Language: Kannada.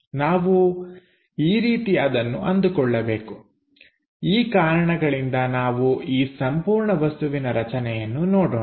ನಾವು ಈ ರೀತಿ ಅದನ್ನು ಅಂದುಕೊಳ್ಳಬೇಕು ಈ ಕಾರಣಗಳಿಂದ ನಾವು ಈ ಸಂಪೂರ್ಣ ವಸ್ತುವಿನ ರಚನೆಯನ್ನು ನೋಡೋಣ